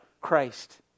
Christ